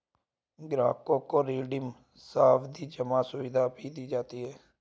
ग्राहकों को रिडीम सावधी जमा सुविधा भी दी जाती है